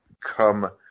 come